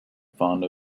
fond